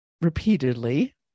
repeatedly